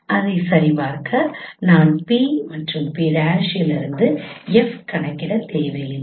அதைச் சரிபார்க்க நான் P மற்றும் P' இலிருந்து F கணக்கிட தேவையில்லை